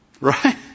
Right